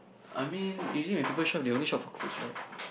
I mean usually when people shop they only shop for clothes right